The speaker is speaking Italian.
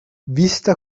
vista